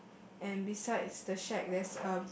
and besides the shack there's a